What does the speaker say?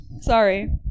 sorry